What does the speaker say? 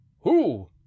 Who